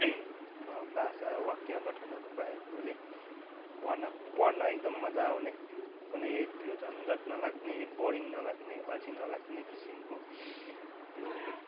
भाषा वाक्य गठनहरू भएकोले पढ्न पढ्न एकदम मजा आउने कुनै त्यो झञ्झट नलाग्ने बोरिङ नलाग्ने अल्छी नलाग्ने किसिमको त्यो